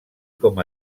com